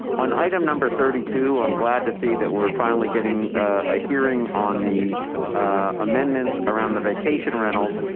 on item number thirty two, i'm glad to see that we're finally getting a hearing on the amendments around the vacation rentals.